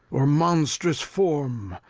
or monst'rous form,